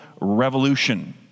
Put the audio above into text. revolution